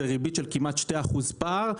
זה ריבית של כמעט 2% פער,